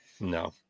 no